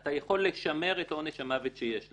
אתה יכול לשמר את עונש המוות שיש לך.